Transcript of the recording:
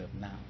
now